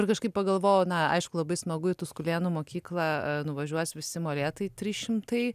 ir kažkaip pagalvojau na aišku labai smagu į tuskulėnų mokyklą nuvažiuos visi molėtai trys šimtai